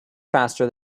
faster